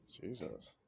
Jesus